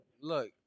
Look